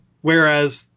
whereas